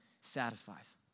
satisfies